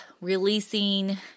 releasing